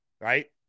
right